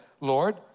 Lord